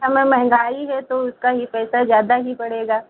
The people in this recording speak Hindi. समय महंगाई है तो उसका ही पैसा ज्यादा ही पड़ेगा